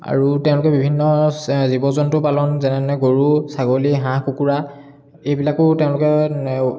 আৰু তেওঁলোকে বিভিন্ন জীৱ জন্তু পালন যেনে ধৰণৰ গৰু ছাগলী হাঁহ কুকুৰা এইবিলাকো তেওঁলোকে